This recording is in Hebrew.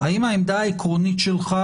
האם העמדה העקרונית שלך